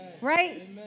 Right